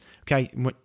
okay